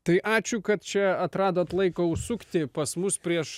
tai ačiū kad čia atradot laiko užsukti pas mus prieš